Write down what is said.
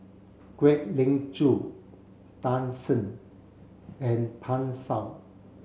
Kwek Leng Joo Tan Shen and Pan Shou